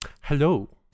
hello